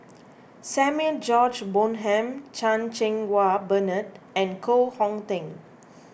Samuel George Bonham Chan Cheng Wah Bernard and Koh Hong Teng